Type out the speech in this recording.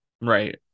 Right